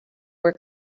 were